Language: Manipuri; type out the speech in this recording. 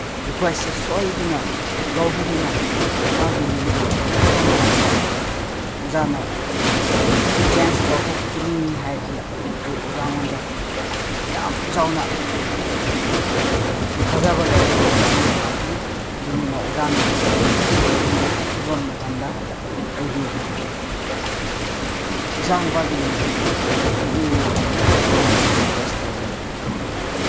ꯔꯤꯀ꯭ꯋꯦꯁꯁꯤ ꯁꯣꯏꯗꯅ ꯂꯧꯕꯤꯗꯨꯅ ꯃꯥꯒꯤ ꯃꯤꯡꯁꯦ ꯑꯊꯨꯕ ꯃꯇꯝꯗ ꯑꯣꯖꯥꯅ ꯆꯦꯟꯖ ꯇꯧꯊꯣꯛꯄꯤꯒꯅꯤ ꯍꯥꯏꯕꯁꯤ ꯑꯩ ꯑꯣꯖꯥꯉꯣꯟꯗ ꯌꯥꯝ ꯆꯥꯎꯅ ꯊꯥꯖꯕ ꯂꯩꯔꯒ ꯑꯣꯖꯥꯉꯣꯟꯗ ꯂꯥꯛꯄꯅꯤ ꯑꯗꯨꯅꯤꯅ ꯑꯣꯖꯥꯅꯁꯨ ꯅꯨꯡꯁꯤꯕꯤꯗꯨꯅ ꯑꯊꯨꯕ ꯃꯇꯝꯗ ꯑꯩꯒꯤ ꯏꯆꯥꯅꯨꯄꯥꯒꯤ ꯃꯤꯡꯁꯤ ꯆꯨꯝꯊꯣꯛꯄꯤꯌꯨ ꯍꯥꯏꯅ ꯑꯣꯖꯥꯉꯣꯟꯗ ꯔꯤꯀ꯭ꯋꯦꯁ ꯇꯧꯖꯔꯤ